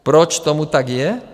Proč tomu tak je?